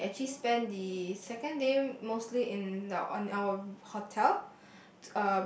we actually spent the second day mostly in the on our hotel